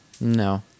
No